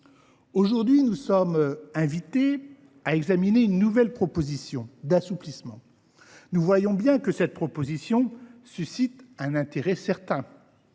Aujourd’hui, nous sommes invités à examiner une nouvelle proposition d’assouplissement. Nous voyons bien que cette proposition suscite un intérêt certain,